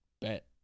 bet